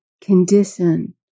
condition